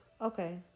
Okay